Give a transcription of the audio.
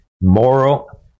moral